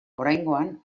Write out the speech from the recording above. oraingoan